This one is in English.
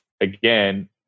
again